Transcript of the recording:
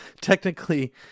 Technically